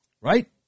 Right